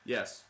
Yes